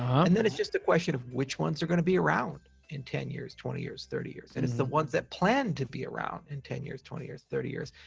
um and then it's just a question of which ones are going to be around in ten years, twenty years, thirty years, and it's the ones that plan to be around in ten years, twenty years, thirty years,